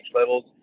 levels